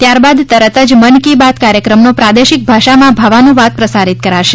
ત્યારબાદ તરત જ મન કી બાત કાર્યક્રમનો પ્રાદેશિક ભાષામાં ભાવાનુવાદ પ્રસારિત કરાશે